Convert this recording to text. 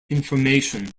information